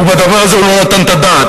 ובדבר הזה הוא לא נתן את הדעת.